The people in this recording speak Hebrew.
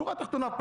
השורה התחתונה.